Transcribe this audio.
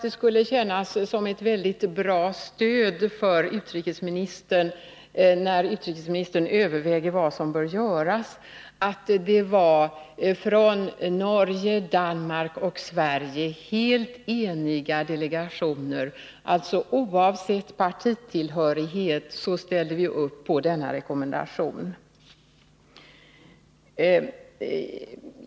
Det borde kännas som ett mycket bra stöd för utrikesministern, när han överväger vad som bör göras, att det var helt eniga delegationer, oavsett partitillhörighet, från Norge, Danmark och Sverige som ställde upp på denna rekommendation.